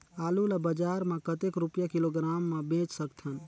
आलू ला बजार मां कतेक रुपिया किलोग्राम म बेच सकथन?